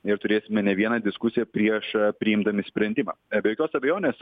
ir turėsime ne vieną diskusiją prieš priimdami sprendimą be jokios abejonės